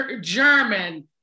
German